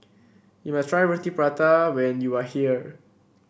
you must try Roti Prata when you are here